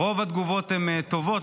האמת, רוב התגובות טובות.